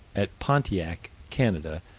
at pontiac, canada,